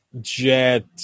Jet